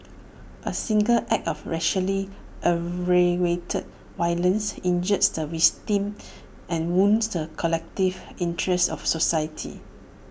A single act of racially aggravated violence injures the victim and wounds the collective interests of society